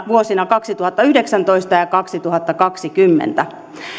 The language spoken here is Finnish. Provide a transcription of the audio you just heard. vuosina kaksituhattayhdeksäntoista ja ja kaksituhattakaksikymmentä